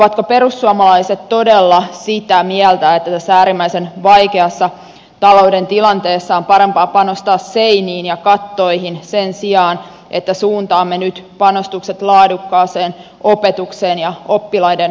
ovatko perussuomalaiset todella sitä mieltä että tässä äärimmäisen vaikeassa talouden tilanteessa on parempaa panostaa seiniin ja kattoihin sen sijaan että suuntaamme nyt panostukset laadukkaaseen opetukseen ja oppilaiden tukipalveluihin